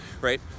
right